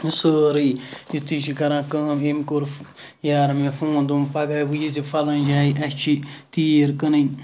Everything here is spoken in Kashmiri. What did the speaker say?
سٲرے یہِ تہِ چھُ کَران کٲم یٔمۍ کوٚر یارَن مےٚ فون دوٚپُن پَگاہ وۄنۍ ییٖزِ فَلٲنۍ جایہِ اَسہِ چھِ تیٖر کٕنٕنۍ